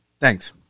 Thanks